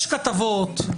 יש כתבות,